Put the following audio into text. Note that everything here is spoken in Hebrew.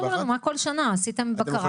כן, בואו תראו לנו מה כל שנה עשיתם בבקרה.